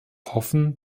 hoffen